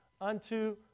unto